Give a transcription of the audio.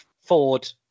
Ford